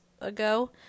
ago